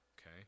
okay